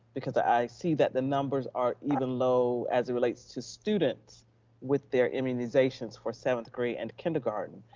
because i see that the numbers are even low as it relates to students with their immunizations for seventh grade and kindergarten.